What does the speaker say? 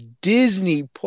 Disney+